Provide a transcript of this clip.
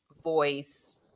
voice